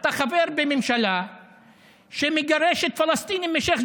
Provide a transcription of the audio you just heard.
אתה חבר בממשלה שמגרשת פלסטינים משייח'